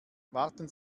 warten